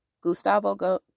Gustavo